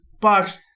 Box